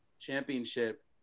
Championship